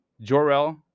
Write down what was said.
Jor-El